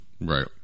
Right